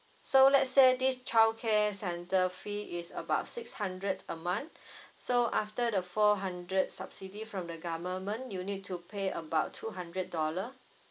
so let's say this childcare centre fee is about six hundred a month so after the four hundred subsidy from the government you need to pay about two hundred dollar